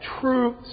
true